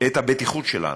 את הבטיחות שלנו,